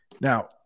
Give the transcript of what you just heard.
Now